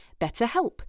BetterHelp